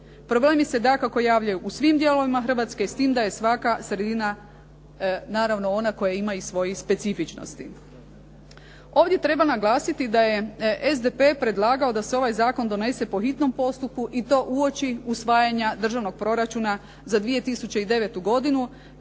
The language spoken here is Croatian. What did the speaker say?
Problemi se dakako javljaju u svim dijelovima Hrvatske s time da je svaka sredina naravno i ona koja ima svojih specifičnosti. Ovdje treba naglasiti da je SDP predlagao da se ovaj zakon donese po hitnom postupku i to uoči usvajanja državnog proračuna za 2009. godinu